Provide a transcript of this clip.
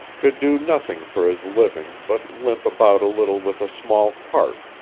could do nothing for his living but limp about a little with a small cart,